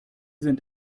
sind